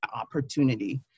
opportunity